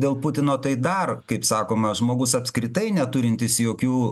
dėl putino tai dar kaip sakoma žmogus apskritai neturintis jokių